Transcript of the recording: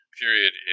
period